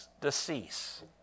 decease